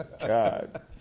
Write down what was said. God